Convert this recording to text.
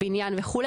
בניין וכו',